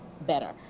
better